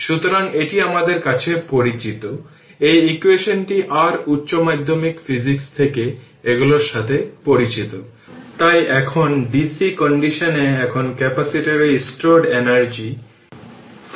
সুতরাং যদি current division এর জন্য যান তবে t এর পরিপ্রেক্ষিতে রাখলে কোন ব্যাপার না i t 1 1 4 i L t